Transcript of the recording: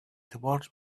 towards